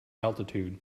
altitude